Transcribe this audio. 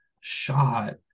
shot